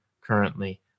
currently